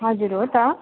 हजुर हो त